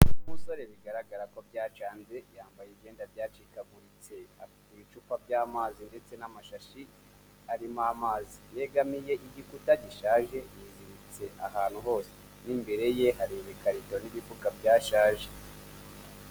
Ni umusore bigaragara ko byacanze yambaye ibyenda byacikaguritse, afite ibicupa by'amazi ndetse n'amashashi arimo amazi, yegamiye igikuta gishaje yiziritse ahantu hose n'imbere ye hareba ibikarito n'ibifuka byashaje.